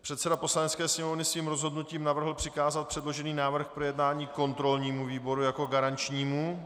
Předseda Poslanecké sněmovny svým rozhodnutím navrhl přikázat předložený návrh k projednání kontrolnímu výboru jako garančnímu.